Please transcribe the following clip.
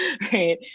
right